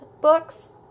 books